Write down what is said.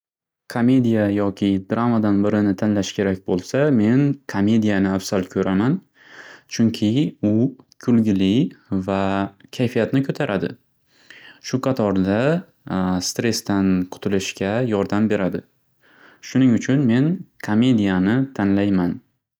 Qomedia yoki dramadan birini tanlash kerak bo'lsa, men qomediani afzal ko'raman. Chunki u kulgili va kayfiyatni ko'taradi. Shu qatorda, stresdan qutilishga yordam beradi. Shuning uchun men qomediani tanlayman.